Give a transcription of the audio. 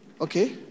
Okay